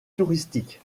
touristique